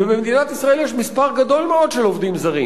ובמדינת ישראל יש מספר גדול מאוד של עובדים זרים.